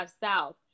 south